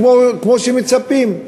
כמו שמצפים.